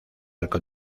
arco